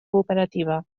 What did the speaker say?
cooperativa